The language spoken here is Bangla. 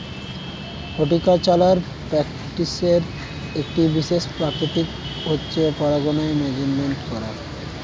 হর্টিকালচারাল প্র্যাকটিসের একটি বিশেষ প্রকৃতি হচ্ছে পরাগায়ন ম্যানেজমেন্ট করা